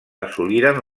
assoliren